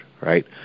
right